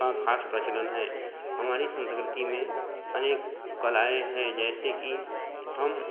का ख़ास प्रचलन है हमारी संस्कृति में अनेक कलाएँ हैं जैसे कि हम